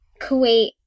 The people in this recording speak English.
Kuwait